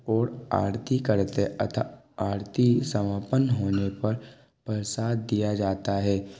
और आरती करते अथा आरती समापन होने पर प्रसाद दिया जाता है